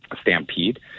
stampede